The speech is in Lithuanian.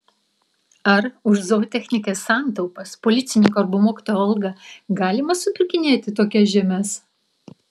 ar už zootechnikės santaupas policininko arba mokytojos algą galima supirkinėti tokias žemes